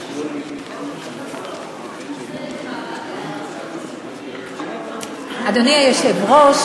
אדוני היושב-ראש,